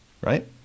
right